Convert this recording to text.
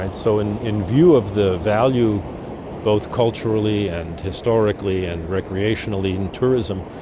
and so in in view of the value both culturally and historically and recreationally in tourism,